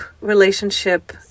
relationship